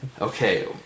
Okay